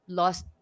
lost